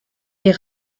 est